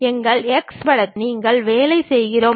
எங்கள் எக்ஸ் வரைபடத்தில் நாங்கள் வேலை செய்கிறோம்